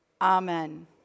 Amen